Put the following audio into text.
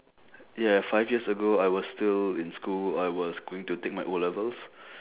yeah five years ago I was still in school I was going to take my O-levels